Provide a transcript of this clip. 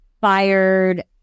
fired